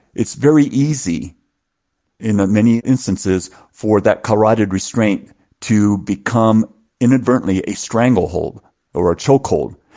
it's very easy in many instances for that carotid restraint to become inadvertently a stranglehold or a chokehold.